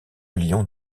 millions